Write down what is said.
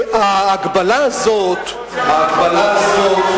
חוסר ריכוז,